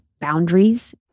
boundaries